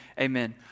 Amen